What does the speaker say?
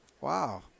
wow